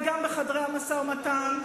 וגם בחדרי המשא-ומתן,